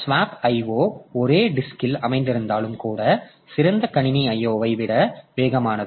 swap I O ஒரே டிஸ்க்ல் அமைந்திருந்தாலும் கூட சிறந்த கணினி IO ஐ விட வேகமானது